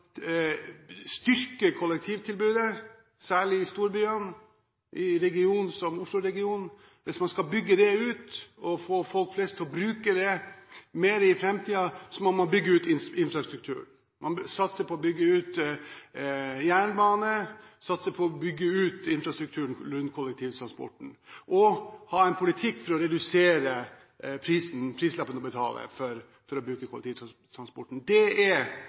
styrke kollektivtilbudet, særlig i storbyene – i en region som Oslo-regionen – bygge det ut og få folk flest til å bruke det mer i framtiden, må man bygge ut infrastrukturen. Man må satse på å bygge ut jernbanen, satse på å bygge ut infrastrukturen rundt kollektivtransporten, og man må ha en politikk for å redusere prisen man betaler for å bruke kollektivtransporten. Det er